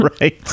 Right